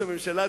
של הליכוד.